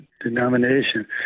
denomination